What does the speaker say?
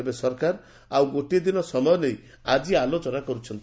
ତେବେ ସରକାର ଆଉ ଗୋଟିଏ ଦିନ ସମୟ ନେଇ ଆଜି ଆଲୋଚନା କରୁଛନ୍ତି